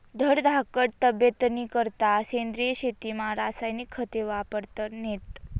धडधाकट तब्येतनीकरता सेंद्रिय शेतीमा रासायनिक खते वापरतत नैत